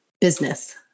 business